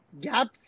Gaps